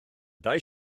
dau